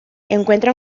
encuentra